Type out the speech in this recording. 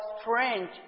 strange